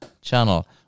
channel